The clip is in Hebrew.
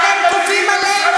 אתם כופים עלינו,